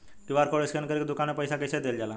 QR code scan करके दुकान में पईसा कइसे देल जाला?